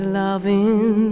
loving